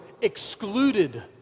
excluded